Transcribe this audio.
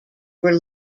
were